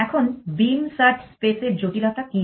এখন beam search space এর জটিলতা কি